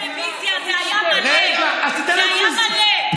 מלכיאלי, ראיתי עכשיו בטלוויזיה, זה היה מלא.